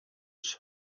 its